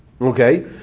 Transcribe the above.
okay